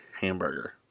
hamburger